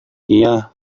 dia